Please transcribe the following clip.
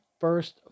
first